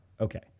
Okay